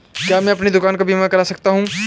क्या मैं अपनी दुकान का बीमा कर सकता हूँ?